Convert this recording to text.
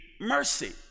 mercy